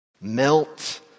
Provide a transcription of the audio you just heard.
Melt